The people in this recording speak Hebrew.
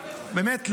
באמת,